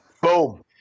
Boom